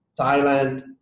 Thailand